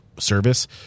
Service